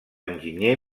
enginyer